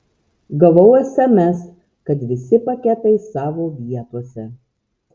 gavau sms kad visi paketai savo vietose